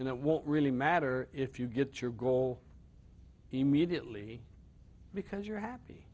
and it won't really matter if you get your goal immediately because you're happy